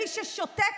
מי ששותק,